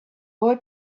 boy